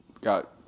got